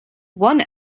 one